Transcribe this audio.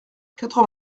quatre